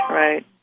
right